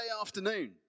afternoon